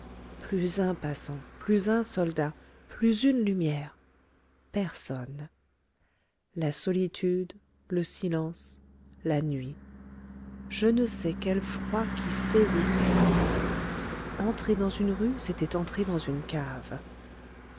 plus un passant plus un soldat plus une lumière personne la solitude le silence la nuit je ne sais quel froid qui saisissait entrer dans une rue c'était entrer dans une cave